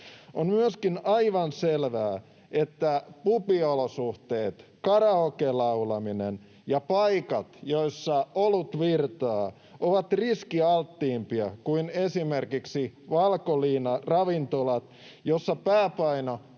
On myöskin aivan selvää, että pubiolosuhteet, karaokelaulaminen ja paikat, joissa olut virtaa, ovat riskialttiimpia kuin esimerkiksi valkoliinaravintola, jossa pääpaino